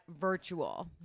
virtual